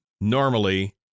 Normally